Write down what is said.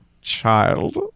child